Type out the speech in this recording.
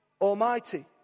Almighty